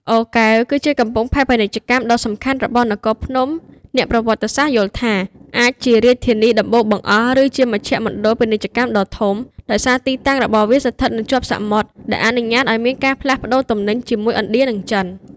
អូរកែវ គឺជាកំពង់ផែពាណិជ្ជកម្ម ដ៏សំខាន់របស់នគរភ្នំ អ្នកប្រវត្តិសាស្ត្រយល់ថា អាចជារាជធានីដំបូងបង្អស់ ឬជាមជ្ឈមណ្ឌលពាណិជ្ជកម្មដ៏ធំ ដោយសារទីតាំងរបស់វាស្ថិតនៅជាប់សមុទ្រ ដែលអនុញ្ញាតឱ្យមានការផ្លាស់ប្តូរទំនិញជាមួយឥណ្ឌា និងចិន។